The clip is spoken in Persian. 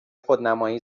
خودنمایی